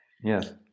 Yes